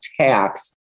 tax